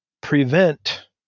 prevent